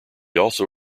also